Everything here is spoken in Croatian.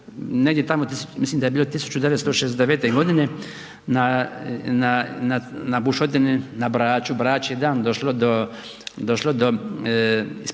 negdje mislim da je bilo 1969. godine na bušotini na Braču … došlo do isparavanja